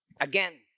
again